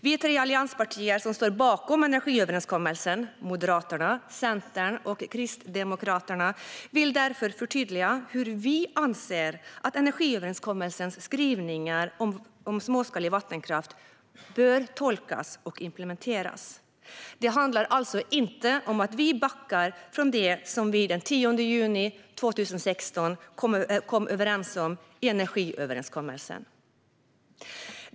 Vi tre allianspartier som står bakom energiöverenskommelsen - Moderaterna, Centern och Kristdemokraterna - vill därför förtydliga hur vi anser att energiöverenskommelsens skrivningar om småskalig vattenkraft bör tolkas och implementeras. Det handlar inte om att vi backar från det som vi den 10 juni 2016 kom överens om i energiöverenskommelsen.